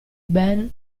ben